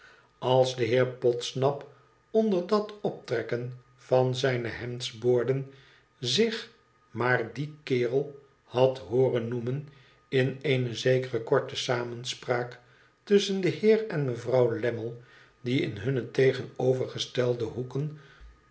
als de heer podsnap onder dat optrekken van zijne hemdsboorden zich maar idien kerel had hooren noemen in eene zekere korte samenspraak tusschen den heer en mevrouw lammie die in hunne tegenovergestelde hoeken